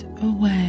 away